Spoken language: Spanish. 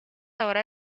ahora